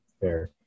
Fair